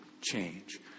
change